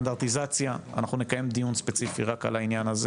סטנדרטיזציה אנחנו נקיים דיון ספציפי רק על העניין הזה,